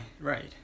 right